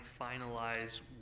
finalize